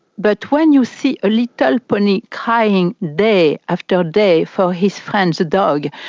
but when you see a little pony crying day after day for his friend, a dog,